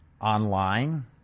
online